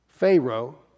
Pharaoh